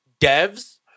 devs